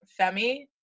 Femi